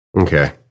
Okay